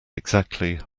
exactly